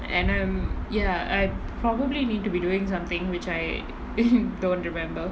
and um ya I probably need to be doing something which I don't remember